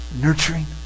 Nurturing